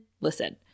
listen